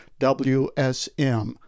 WSM